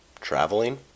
traveling